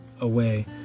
away